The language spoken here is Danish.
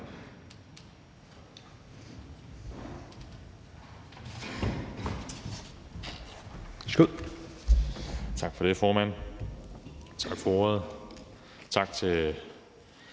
Tak for det, formand. Tak for ordet,